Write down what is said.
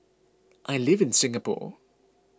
I live in Singapore